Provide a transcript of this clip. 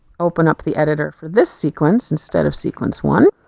open up the editor for this sequence instead of sequence one.